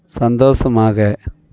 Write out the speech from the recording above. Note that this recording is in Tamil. சந்தோஷமாக